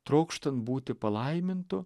trokštant būti palaimintu